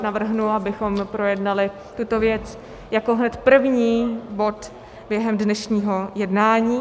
Navrhnu, abychom projednali tuto věc jako hned první bod během dnešního jednání.